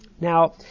Now